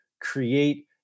create